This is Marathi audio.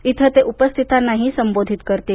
इथं ते उपस्थितांना संबोधित करतील